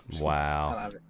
Wow